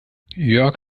jörg